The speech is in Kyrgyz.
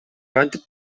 кантип